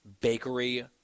bakery